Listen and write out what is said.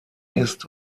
ist